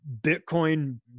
Bitcoin